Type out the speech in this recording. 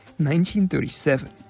1937